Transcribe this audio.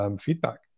feedback